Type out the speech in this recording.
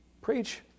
Preach